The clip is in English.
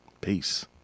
Peace